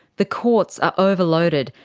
the courts are overloaded,